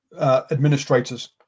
Administrators